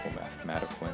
mathematical